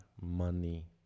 money